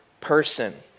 person